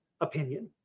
opinion